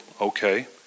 okay